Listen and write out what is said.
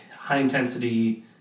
high-intensity